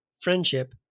friendship